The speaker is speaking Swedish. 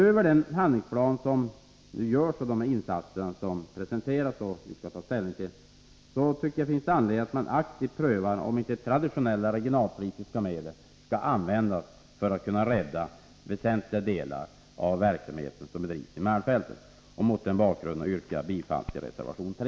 Utöver den handlingsplan som nu görs upp och de insatser som har presenterats och som vi skall ta ställning till tycker jag att det finns anledning att aktivt pröva om inte traditionella regionalpolitiska medel skall användas för att rädda väsentliga delar av den verksamhet som bedrivs i malmfälten. Mot den bakgrunden yrkar jag bifall till reservation 3.